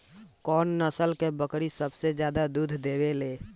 कौन नस्ल की बकरी सबसे ज्यादा दूध देवेले?